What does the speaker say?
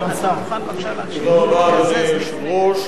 היושב-ראש,